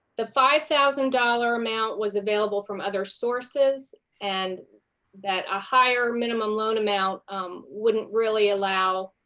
the five thousand dollars amount was available from other sources, and that a higher minimum loan amount wouldn't really allow